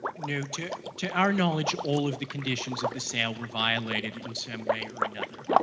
no, to to our knowledge, all of the conditions of the sale were violated in some way or another.